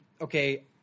okay